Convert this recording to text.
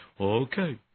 Okay